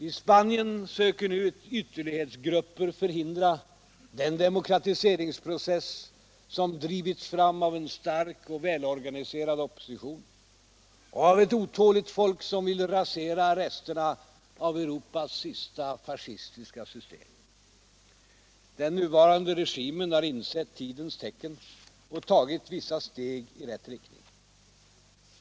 I Spanien söker nu ytterlighetsgrupper förhindra den demokratiseringsprocess som drivits fram av en stark och välorganiserad opposition och av ett otåligt folk som vill rasera resterna av Europas sista fascistiska system. Den nuvarande regimen har insett tidens tecken och tagit vissa steg i rätt riktning.